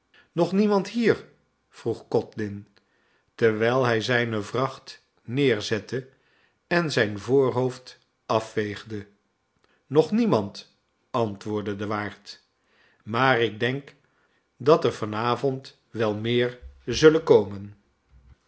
nog niemand hier vroeg codlin terwijl hij zijne vracht neerzette en zijn voorhoofd afveegde nog niemand antwoordde de waard maar ik denk dat er van avond wel meer zullen komen